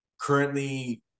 currently